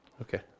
Okay